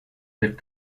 left